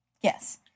yes